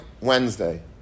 Wednesday